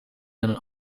een